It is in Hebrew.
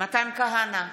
מתן כהנא,